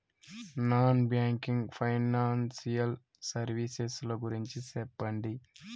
Non banking financial services ల గురించి సెప్పండి?